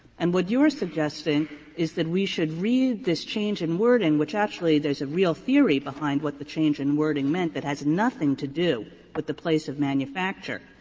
and what you're suggesting is that we should read this change in wording which actually, there's a real theory behind what the change in wording meant that has nothing to do with but the place of manufacture,